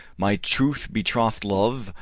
my true betrothed love,